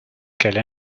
qu’elle